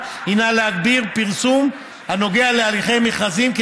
הינה להגביר פרסום הנוגע להליכי מכרזים,